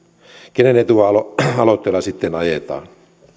kenen etua aloitteella sitten ajetaan